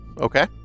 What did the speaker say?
Okay